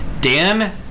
Dan